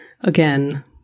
again